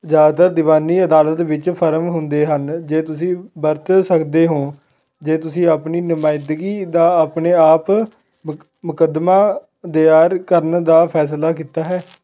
ਜ਼ਿਆਦਾਤਰ ਦੀਵਾਨੀ ਅਦਾਲਤ ਵਿੱਚ ਫਰਮ ਹੁੰਦੇ ਹਨ ਜੇ ਤੁਸੀਂ ਵਰਤ ਸਕਦੇ ਹੋ ਜੇ ਤੁਸੀਂ ਆਪਣੀ ਨੁਮਾਇੰਦਗੀ ਦਾ ਆਪਣੇ ਆਪ ਮੁ ਮੁਕੱਦਮਾ ਦਾਇਰ ਕਰਨ ਦਾ ਫੈਸਲਾ ਕੀਤਾ ਹੈ